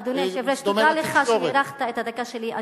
אדוני היושב-ראש, תודה לך שהארכת את הדקה שלי.